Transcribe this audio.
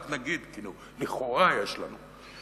רק נגיד, כאילו, לכאורה יש לנו.